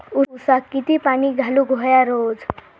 ऊसाक किती पाणी घालूक व्हया रोज?